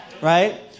right